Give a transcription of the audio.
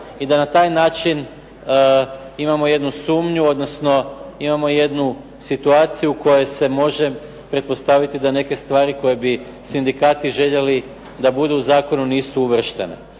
i da na taj način imamo jednu sumnju odnosno imamo jednu situaciju u kojoj se može pretpostaviti da neke stvari koje bi sindikati željeli da budu u zakonu nisu uvrštene.